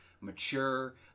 mature